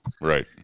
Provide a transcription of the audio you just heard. Right